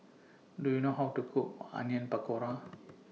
Do YOU know How to Cook Onion Pakora